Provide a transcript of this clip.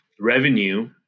revenue